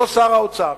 לא שר האוצר.